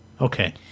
Okay